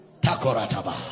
Takorataba